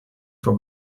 for